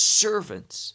servants